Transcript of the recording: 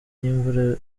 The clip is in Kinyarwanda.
n’imvura